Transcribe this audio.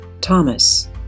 Thomas